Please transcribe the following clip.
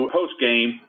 postgame